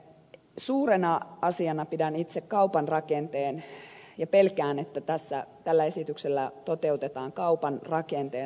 suurena asiana pidän itse kaupan rakenteen muutosta ja pelkään että tällä esityksellä toteutetaan kaupan rakenteen raju muutos